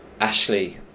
Ashley